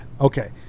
okay